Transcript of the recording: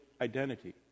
identity